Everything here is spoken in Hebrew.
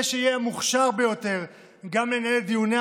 זה שיהיה המוכשר ביותר גם לנהל את דיוניה